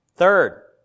Third